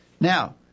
Now